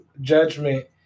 judgment